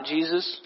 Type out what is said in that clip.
Jesus